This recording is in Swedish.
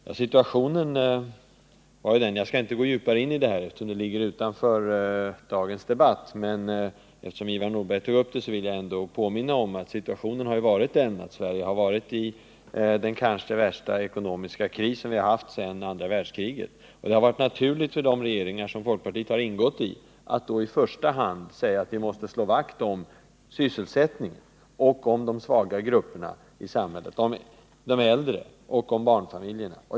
Jag skall inte gå djupare in på dessa saker, eftersom de inte hör till dagens debatt, men eftersom Ivar Nordberg berörde dem vill jag påminna om att Sverige har befunnit sig i den kanske värsta ekonomiska krisen efter andra världskriget. Det har varit naturligt för de regeringar som folkpartiet har tillhört att i första hand slå vakt om sysselsättningen och om de svaga grupperna i samhället — de äldre och barnfamiljerna.